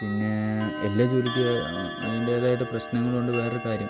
പിന്നേ എല്ലാ ജോലിക്ക് അതിൻ്റേതായിട്ട് പ്രശ്നങ്ങളുണ്ട് വേറെ കാര്യം